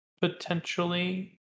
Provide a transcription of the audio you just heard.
potentially